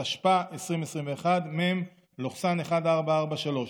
התשפ"א 2021, מ/1443.